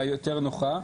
ברישיון.